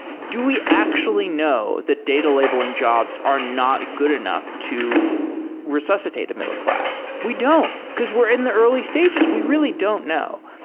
do we actually know that data labeling jobs are not good enough to resuscitate a middleclass? we don't, because we're in the early stages. we really don't know.